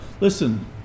Listen